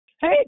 Hey